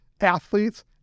athletes